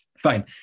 Fine